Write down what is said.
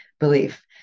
Belief